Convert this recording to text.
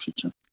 future